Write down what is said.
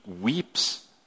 weeps